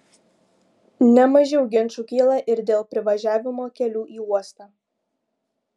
ne mažiau ginčų kyla ir dėl privažiavimo kelių į uostą